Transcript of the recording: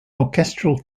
orchestral